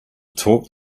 talk